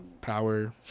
power